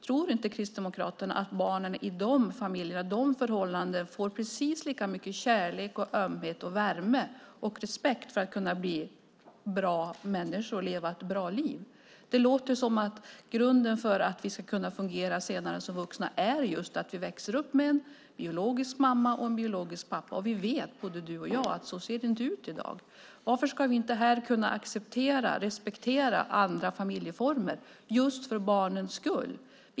Tror inte Kristdemokraterna att barnen i de familjerna, i de förhållandena får tillräckligt mycket kärlek, ömhet, värme och respekt för att kunna bli bra människor och leva ett bra liv? Det låter som att grunden för att vi senare ska fungera som vuxna är just att vi växer upp med en biologisk mamma och en biologisk pappa. Vi vet, både du och jag, att så ser det inte ut i dag. Varför ska vi inte kunna acceptera och respektera andra familjeformer just för barnens skull?